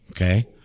Okay